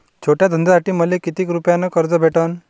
छोट्या धंद्यासाठी मले कितीक रुपयानं कर्ज भेटन?